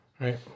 Right